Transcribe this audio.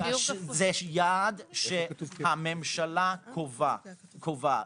יש יעד שהממשלה קובעת.